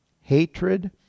hatred